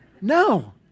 No